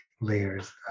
layers